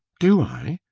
do i?